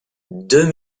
deux